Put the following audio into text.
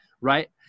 right